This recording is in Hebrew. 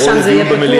ששם זה יהיה פתוח.